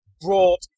brought